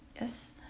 Yes